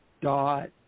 dot